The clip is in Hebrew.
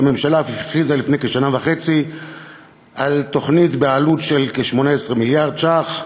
והממשלה אף הכריזה לפני כשנה וחצי על תוכנית בעלות כ-18 מיליארד שקלים,